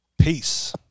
Peace